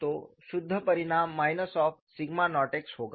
तो शुद्ध परिणाम minus of sigma naught x होगा